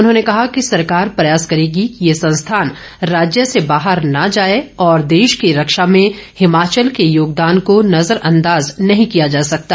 उन्होंने कहा कि सरकार प्रयास करेगी कि ये संस्थान राज्य से बाहर न जाए और देश की रक्षा में हिमाचल के योगदान को नजर अंदाज नही किया जा सकता